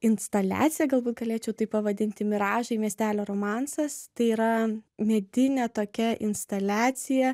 instaliacija galbūt galėčiau taip pavadinti miražai miestelio romansas tai yra medinė tokia instaliacija